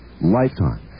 Lifetime